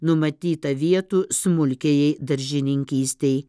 numatyta vietų smulkiajai daržininkystei